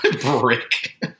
brick